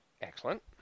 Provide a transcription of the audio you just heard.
Excellent